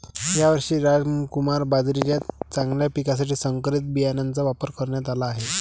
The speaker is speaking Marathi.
यावर्षी रामकुमार बाजरीच्या चांगल्या पिकासाठी संकरित बियाणांचा वापर करण्यात आला आहे